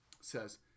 says